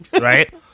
right